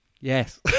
yes